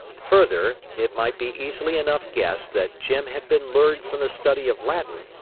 further, it might be easily enough guessed that jim had been lured from the study of latin,